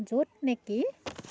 য'ত নেকি